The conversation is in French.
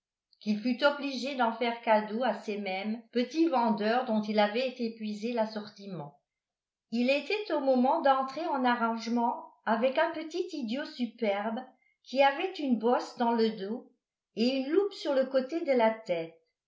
qu'il fut obligé d'en faire cadeau à ces mêmes petits vendeurs dont il avait épuisé l'assortiment il était au moment d'entrer en arrangement avec un petit idiot superbe qui avait une bosse dans le dos et une loupe sur le côté de la tête